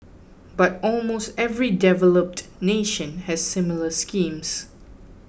but almost every developed nation has similar schemes